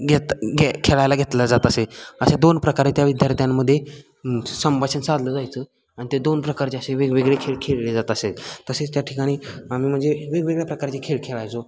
घेत खेळायला घेतला जात असेल अशा दोन प्रकारे त्या विद्यार्थ्यांमध्ये संभाषण चाललं जायचं आणि ते दोन प्रकारचे असे वेगवेगळे खेळ खेळले जात असेल तसेच त्या ठिकाणी आम्ही म्हणजे वेगवेगळ्या प्रकारचे खेळ खेळायचो